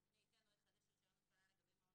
"הממונה ייתן או יחדש רישיון הפעלה לגבי מעון